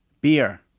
Beer